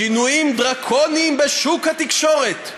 שינויים דרקוניים בשוק התקשורת,